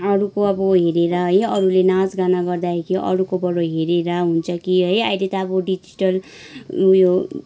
अरूको अब हेरेर है अरूले नाच गाना गर्दादेखि अरूकोबाट हेरेर हुन्छ कि है अहिले त अब डिजिटल उयो